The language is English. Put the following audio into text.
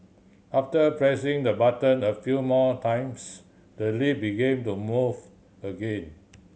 after pressing the button a few more times the lift began moving again